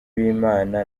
b’imana